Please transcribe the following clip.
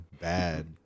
Bad